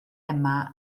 yma